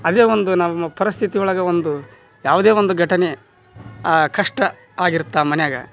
ಅದೇ ಒಂದು ನಾವು ಪರಸ್ಥಿತಿ ಒಳಗೆ ಒಂದು ಯಾವುದೇ ಒಂದು ಘಟನೆ ಕಷ್ಟ ಆಗಿರುತ್ತೆ ಆ ಮನ್ಯಾಗ